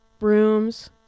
rooms